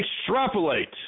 Extrapolate